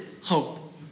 hope